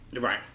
Right